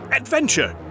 adventure